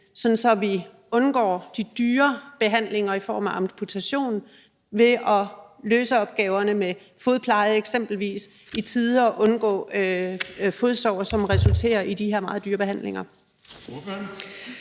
at vi undgår de dyre behandlinger i form af amputation ved at løse opgaverne med eksempelvis fodpleje i tide og dermed undgå fodsår, som resulterer i de her meget dyre behandlinger?